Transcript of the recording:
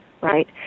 right